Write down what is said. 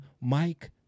Mike